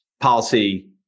policy